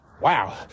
Wow